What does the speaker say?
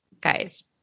guys